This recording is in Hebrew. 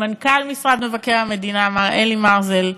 למנכ"ל משרד מבקר המדינה מר אלי מרזל,